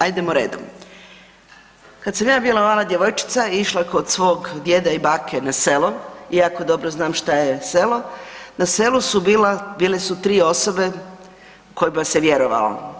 Ajdemo redom, kad sam ja bila mala djevojčica i išla kod svog djeda i bake na selo i jako dobro znam šta je selo, na selu su bila, bile su 3 osobe kojima se vjerovalo.